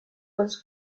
was